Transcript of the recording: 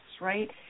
right